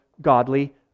godly